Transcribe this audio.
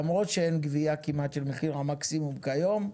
למרות שאין גבייה כמעט של מחיר המקסימום כיום,